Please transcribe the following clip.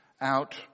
out